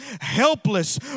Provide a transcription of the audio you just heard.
helpless